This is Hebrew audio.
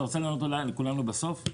אתה רוצה אולי לענות לכולנו בסוף?